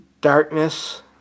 darkness